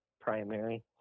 primary